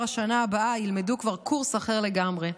בשנה הבאה ילמדו כבר קורס אחר לגמרי.